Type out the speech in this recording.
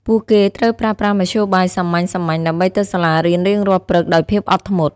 ពួកគេត្រូវប្រើប្រាស់មធ្យោបាយសាមញ្ញៗដើម្បីទៅសាលារៀនរៀងរាល់ព្រឹកដោយភាពអត់ធ្មត់។